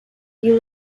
you